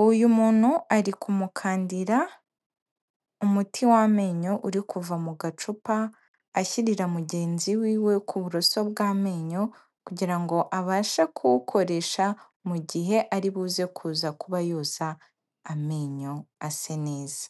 Uyu muntu ari kumukandira umuti w'amenyo, uri kuva mu gacupa, ashyirira mugenzi wiwe ku buroso bw'amenyo kugira ngo abashe kuwukoresha mu gihe aribuze kuza kuba yoza amenyo ase neza,